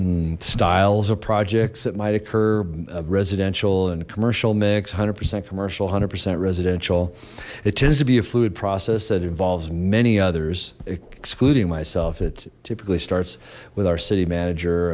different styles of projects that might occur residential and commercial mix hundred percent commercial hundred percent residential it tends to be a fluid process that involves many others excluding myself it typically starts with our city manager